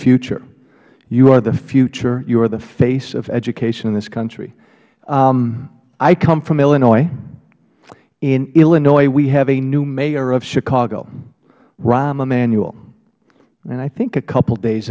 future you are the future you are the face of education in this country i come from illinois in illinois we have a new mayor of chicago rahm immanuel and i think a couple days